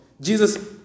Jesus